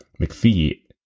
McPhee